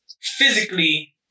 physically